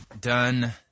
Done